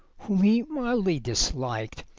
whom he mildly disliked,